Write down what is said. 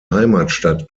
heimatstadt